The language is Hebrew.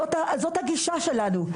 זאת הגישה שלנו.